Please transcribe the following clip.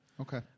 Okay